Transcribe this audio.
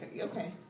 okay